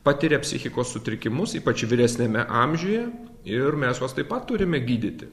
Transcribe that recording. patiria psichikos sutrikimus ypač vyresniame amžiuje ir mes juos taip pat turime gydyti